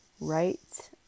right